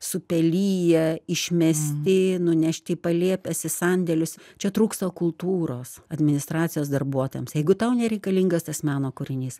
supeliję išmesti nunešti į palėpes į sandėlius čia trūksta kultūros administracijos darbuotojams jeigu tau nereikalingas tas meno kūrinys